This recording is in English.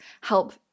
help